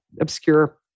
obscure